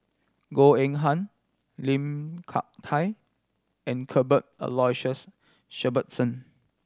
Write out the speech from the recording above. Goh Eng Han Lim Hak Tai and Cuthbert Aloysius Shepherdson